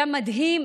היה מדהים